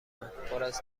من، پراز